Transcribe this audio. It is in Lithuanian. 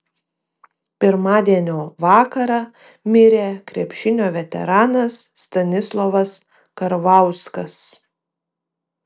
pirmadienio vakarą mirė krepšinio veteranas stanislovas karvauskas